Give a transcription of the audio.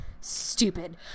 Stupid